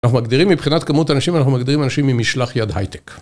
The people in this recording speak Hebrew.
אנחנו מגדירים מבחינת כמות אנשים ואנחנו מגדירים אנשים ממשלח יד הייטק